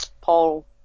Paul